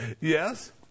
Yes